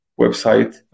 website